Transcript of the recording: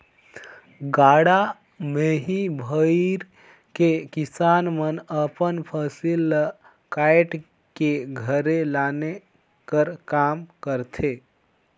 गाड़ा मे ही भइर के किसान मन अपन फसिल ल काएट के घरे लाने कर काम करथे